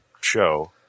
show